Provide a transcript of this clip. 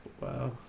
Wow